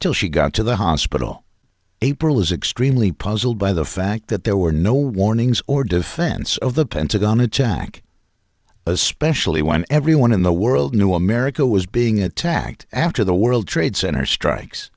to she got to the hospital april is extremely puzzled by the fact that there were no warnings or defense of the pentagon attack especially when everyone in the world knew america was being attacked after the world trade center strikes